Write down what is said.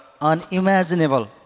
unimaginable